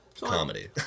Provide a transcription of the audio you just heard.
comedy